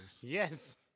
Yes